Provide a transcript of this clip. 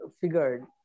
figured